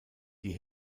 die